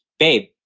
babe,